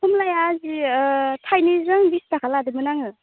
खमलाया जि ओ थाइनैजों बिस थाखा लादोंमोन आङो